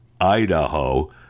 Idaho